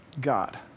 God